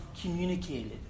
communicated